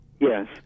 Yes